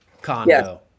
condo